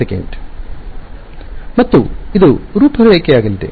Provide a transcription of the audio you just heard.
ಮತ್ತು ಇದು ರೂಪರೇಖೆಯಾಗಲಿದೆ